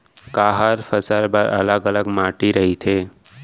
का हर फसल बर अलग अलग माटी रहिथे?